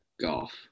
Golf